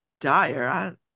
dire